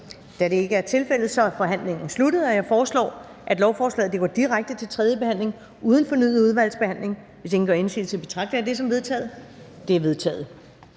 Da det ikke er tilfældet, er forhandlingen sluttet. Jeg foreslår, at lovforslaget går direkte til tredje behandling uden fornyet udvalgsbehandling. Hvis ingen gør indsigelse, betragter jeg det som vedtaget. Det er vedtaget.